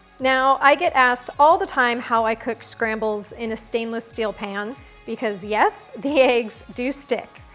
now, i get asked all the time how i cook scrambles in a stainless steel pan because yes, the eggs do stick,